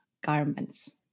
garments